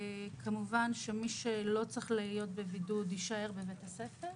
מי שלא צריך להיות בבידוד, יישאר בבית הספר,